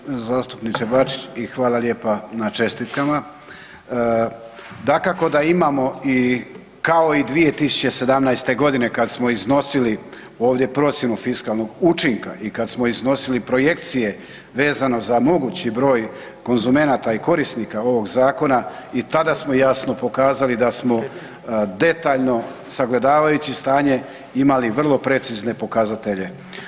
Hvala lijepa uvaženi zastupniče Bačić i hvala lijepa na čestitkama, dakako da imamo i kao i 2017. godine kad smo iznosili ovdje procjenu fiskalnog učinka i kad smo iznosili projekcije vezano za mogući broj konzumenata i korisnika ovog zakona i tada smo jasno pokazali da smo detaljno sagledavajući stanje imali vrlo precizne pokazatelje.